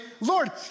Lord